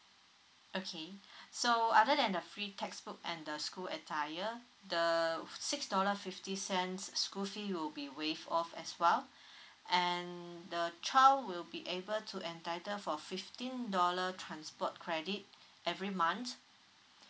okay so other than the free textbook and the school attire the six dollar fifty cents school fee will be waive off as well and the child will be able to entitle for fifteen dollar transport credit every month